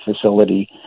facility